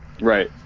Right